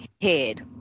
head